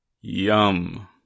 Yum